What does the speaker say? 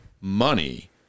money